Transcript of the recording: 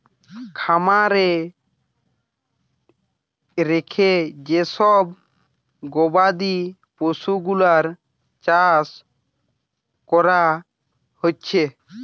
খামারে রেখে যে সব গবাদি পশুগুলার চাষ কোরা হচ্ছে